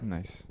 Nice